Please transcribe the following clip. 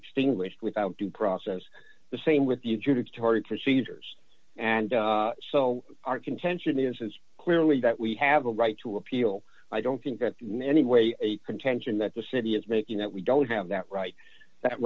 extinguished without due process the same with you two torie procedures and so our contention is clearly that we have a right to appeal i don't think that any way a contention that the city is making that we don't have that right that